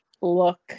look